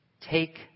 Take